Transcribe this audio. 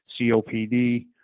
COPD